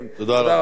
תודה רבה.